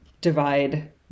divide